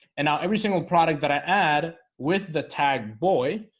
and now every single product that i add with the tag boy,